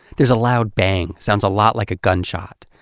there's a loud bang, sounds a lot like a gunshot.